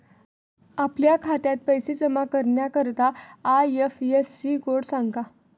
आपल्या खात्यात पैसे जमा करण्याकरता आय.एफ.एस.सी कोड सांगा